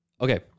Okay